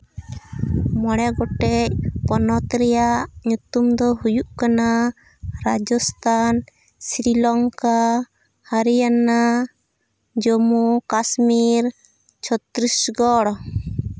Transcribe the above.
ᱢᱚᱬᱮ ᱜᱚᱴᱮᱱ ᱯᱚᱱᱚᱛ ᱨᱮᱭᱟᱜ ᱧᱩᱛᱩᱢ ᱫᱚ ᱦᱩᱭᱩᱜ ᱠᱟᱱᱟ ᱨᱟᱡᱚᱥᱛᱷᱟᱱ ᱥᱨᱤᱞᱚᱝᱠᱟ ᱦᱟᱨᱤᱭᱟᱱᱟ ᱡᱚᱢᱽᱢᱩ ᱠᱟᱥᱢᱤᱨ ᱪᱷᱚᱛᱛᱨᱤᱥᱜᱚᱲ